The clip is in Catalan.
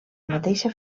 mateixa